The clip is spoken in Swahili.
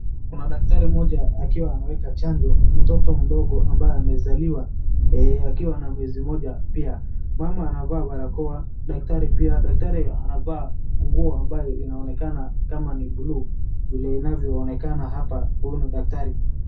Kuna daktari mmoja akiwa anaweka chanjo mtoto mdogo ambaye amezaliwa akiwa na mwezi mmoja pia. Mama anavaa barakoa daktari pia, daktari anavaa nguo ambayo inaonekana kama ni buluu vile inavyoonekana kwa huyu daktari.